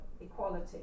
equality